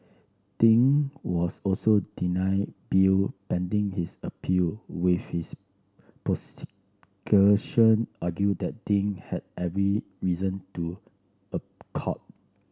Ding was also denied bill pending his appeal with the argue that Ding had every reason to